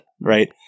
Right